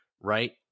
right